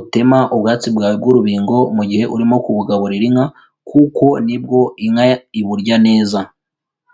utema ubwatsi bwawe bw' urubingo mu gihe urimo kubugaburira inka kuko nibwo inka iburya neza.